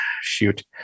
shoot